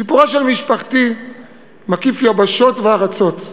סיפורה של משפחתי מקיף יבשות וארצות,